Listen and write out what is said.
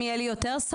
אם תהיה לי יותר סמכות,